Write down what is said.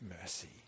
mercy